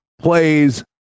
plays